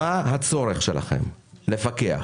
הצורך שלכם לפקח